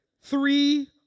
three